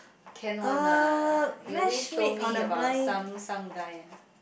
can one lah you always told me about some some guy ya